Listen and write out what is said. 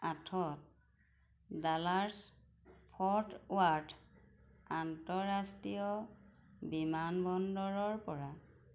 আঠত Dallas Fort Worth আন্তঃৰাষ্ট্ৰীয় বিমানবন্দৰৰপৰা